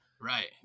right